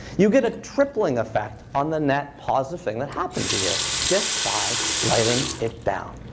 you get a tripling effect on the net positive thing that happened to you, just by writing it down.